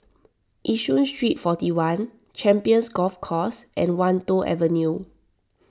Yishun Street forty one Champions Golf Course and Wan Tho Avenue